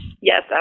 Yes